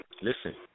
Listen